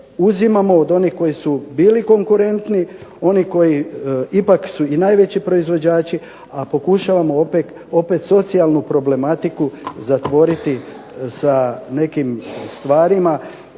uzimamo od onih koji su bili konkurentni ipak su i najveći proizvođači, a pokušavamo opet socijalnu problematiku zatvoriti sa nekim stvarima